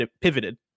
pivoted